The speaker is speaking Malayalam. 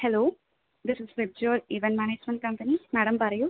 hello this is VIBGYOR event management company madam പറയൂ